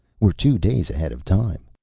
we're two days ahead of time.